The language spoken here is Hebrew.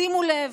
שימו לב.